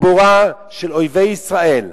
הגיבורה של אויבי ישראל.